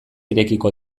irekiko